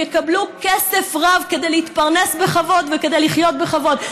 יקבלו כסף רב כדי להתפרנס בכבוד וכדי לחיות בכבוד.